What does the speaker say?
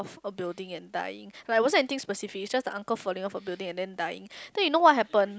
f~ a building and dying like wasn't anything specific it's just the uncle falling off a building and then dying then you know what happen